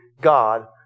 God